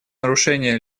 нарушения